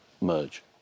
merge